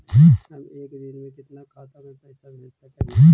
हम एक दिन में कितना खाता में पैसा भेज सक हिय?